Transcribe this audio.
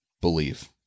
believe